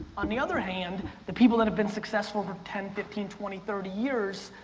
on the other hand, the people that have been successful for ten, fifteen, twenty, thirty years,